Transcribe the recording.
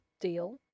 deal